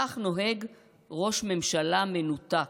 כך נוהג ראש ממשלה מנותק.